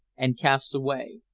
and cast away.